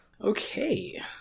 Okay